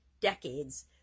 decades